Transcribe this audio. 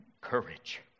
courage